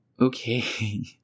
Okay